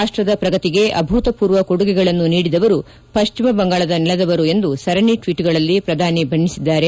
ರಾಷ್ಸದ ಪ್ರಗತಿಗೆ ಅಭೂತಪೂರ್ವ ಕೊಡುಗೆಗಳನ್ನು ನೀಡಿದವರು ಪಶ್ಚಿಮ ಬಂಗಾಳದ ನೆಲದವರು ಎಂದು ಸರಣಿ ಟ್ವೀಟ್ಗಳಲ್ಲಿ ಪ್ರಧಾನಿ ಬಣ್ಣಿಸಿದ್ದಾರೆ